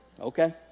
okay